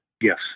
Yes